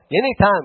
Anytime